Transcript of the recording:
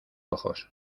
ojos